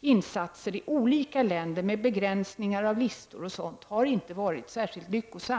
insatser i olika länder med begränsningar av listor osv. har inte varit särskilt lyckosamma.